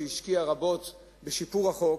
שהשקיע רבות בשיפור החוק,